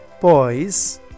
Boys